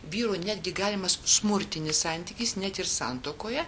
vyrų netgi galimas smurtinis santykis net ir santuokoje